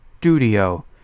studio